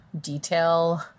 detail